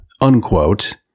unquote